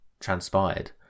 transpired